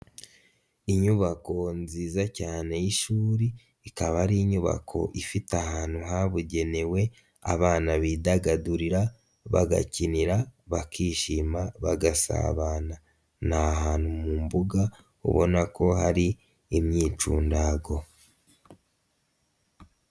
Inyubako nziza cyane y'ishuri ikaba ari inyubako ifite ahantu habugenewe abana bidagadurira, bagakinira bakishima bagasabana, ni ahantu mu mbuga ubona ko hari imyicundago.